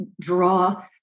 draw